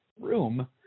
room